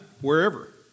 wherever